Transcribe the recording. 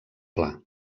pla